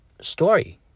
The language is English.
story